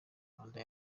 manda